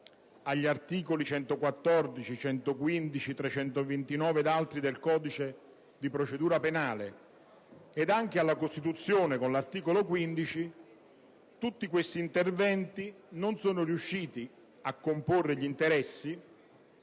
agli articoli 114, 115, 329 ed altri del codice di procedura penale, ed anche alla Costituzione con l'articolo 15 - non sono riusciti a comporre gli interessi,